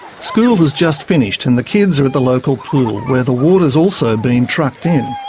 school has just finished and the kids are at the local pool, where the water has also been trucked in,